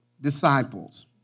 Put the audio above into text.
disciples